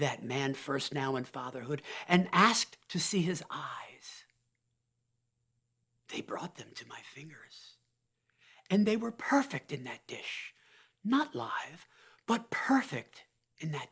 that man first now in fatherhood and asked to see his eyes they brought them to my finger and they were perfect in that dish not live but perfect in that